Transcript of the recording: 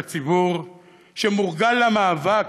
אל הציבור שמורגל למאבק.